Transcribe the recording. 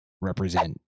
Represent